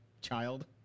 child